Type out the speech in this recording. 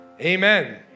amen